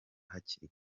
hakiri